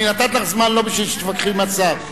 אני נתתי לך זמן לא בשביל שתתווכחי עם השר.